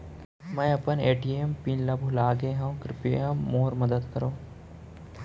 मै अपन ATM PIN ला भूलागे हव, कृपया मोर मदद करव